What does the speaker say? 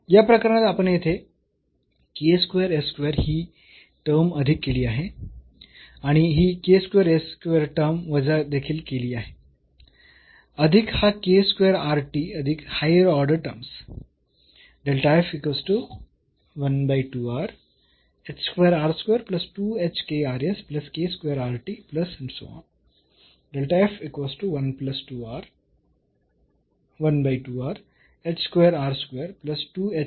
तर या प्रकरणात आपण येथे ही टर्म अधिक केली आहे आणि ही टर्म वजा देखील केली आहे अधिक हा अधिक हायर ऑर्डर टर्म्स